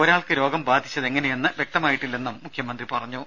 ഒരാൾക്ക് രോഗം ബാധിച്ചതെങ്ങനെയെന്ന് വ്യക്തമായിട്ടില്ലെന്നും മുഖ്യമന്ത്രി പറഞ്ഞു